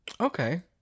Okay